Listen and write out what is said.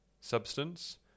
substance